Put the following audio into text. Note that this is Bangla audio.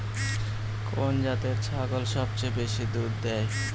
কোন জাতের ছাগল সবচেয়ে বেশি দুধ দেয়?